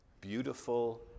beautiful